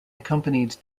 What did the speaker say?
accompanied